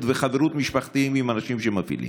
וחברות ויחסים משפחתיים עם האנשים שמפעילים.